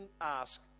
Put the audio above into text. ask